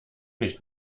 nicht